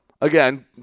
Again